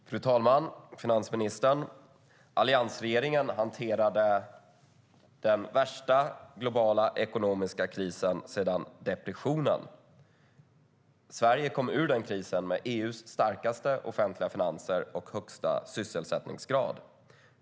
Fru talman! Finansministern! Alliansregeringen hanterade den värsta globala ekonomiska krisen sedan depressionen. Sverige kom ur den krisen med EU:s starkaste offentliga finanser och högsta sysselsättningsgrad.